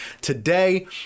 today